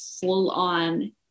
full-on